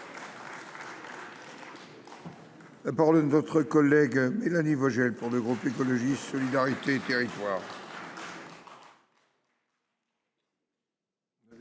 La parole est à Mme Mélanie Vogel, pour le groupe Écologiste – Solidarité et Territoires.